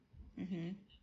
mmhmm